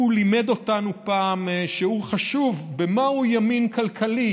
לימד אותנו פעם שיעור חשוב על מהו ימין כלכלי,